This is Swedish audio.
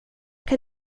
kan